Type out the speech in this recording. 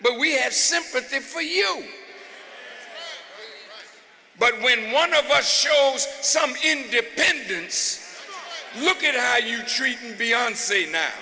but we have sympathy for you but when one of us shows some independence look at how you treat and beyond s